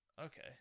Okay